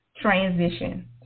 transition